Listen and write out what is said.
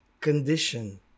condition